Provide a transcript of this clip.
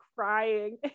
crying